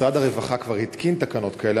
משרד הרווחה כבר התקין תקנות כאלה,